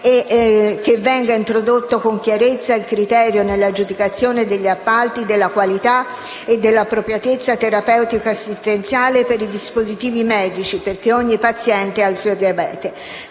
e venga introdotto con chiarezza il criterio nell'aggiudicazione degli appalti della qualità e dell'appropriatezza terapeutica assistenziale per i dispositivi medici, perché ogni paziente ha il suo diabete.